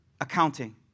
accounting